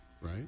right